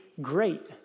great